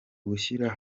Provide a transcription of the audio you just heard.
gushyira